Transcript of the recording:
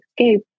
escape